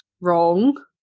wrong